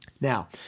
Now